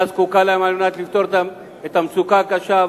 זקוקה להן כדי לפתור את המצוקה הקשה,